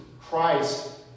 Christ